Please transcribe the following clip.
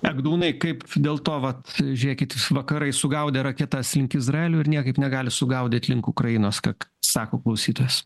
egdūnai kaip dėl to vat žiūrėkit jūs vakarai sugaudė raketas link izraelio ir niekaip negali sugaudyt link ukrainos ką sako klausytojas